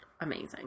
amazing